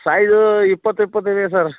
ಸೈಜೂ ಇಪ್ಪತ್ತು ಇಪ್ಪತ್ತು ಇದೆ ಸರ್